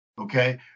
Okay